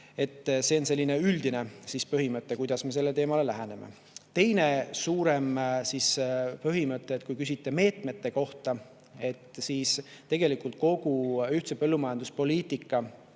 et see on üldine põhimõte, kuidas me sellele teemale läheneme. Teine suurem põhimõte – kui küsite meetmete kohta – [on see, et] kõik ühise põllumajanduspoliitika